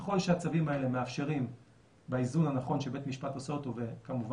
ככל שהצווים האלה מאפשרים באיזון הנכון שבית המשפט עושה אותו וכמובן